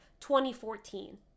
2014